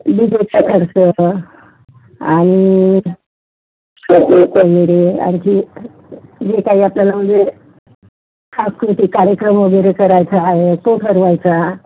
विजेचा खर्च आणि आणखी जे काही आपल्याला म्हणजे सांस्कृतिक कार्यक्रम वगैरे करायचा आहे ते ठरवायचा